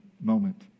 moment